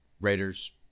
Raiders